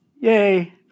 Yay